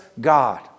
God